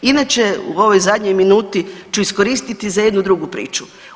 Inače, u ovoj zadnjoj minuti ću iskoristiti za jednu drugu priču.